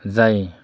जाय